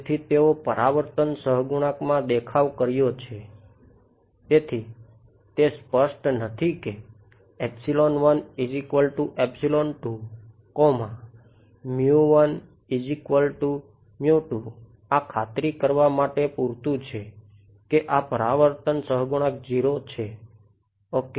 તેથી તે સ્પષ્ટ નથી કે આ ખાતરી કરવા માટે પૂરતું છે કે આ પરાવર્તન સહગુણાંક 0 છે ઓકે